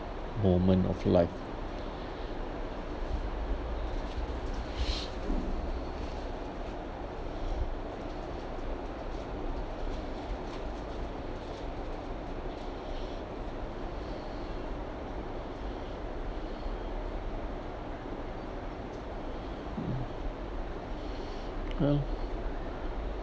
moment of life well